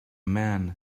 man